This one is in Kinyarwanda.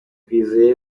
twizeye